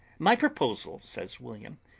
my proposal, says william,